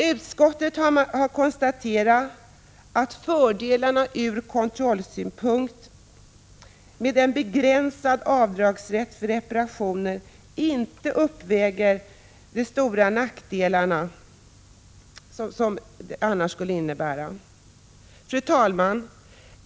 Utskottet har konstaterat att fördelarna ur kontrollsynpunkt med en begränsad avdragsrätt för reparationer inte uppväger de stora nackdelarna. Fru talman!